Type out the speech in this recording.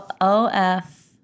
O-F